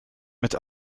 mit